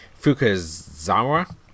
Fukazawa